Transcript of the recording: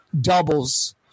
doubles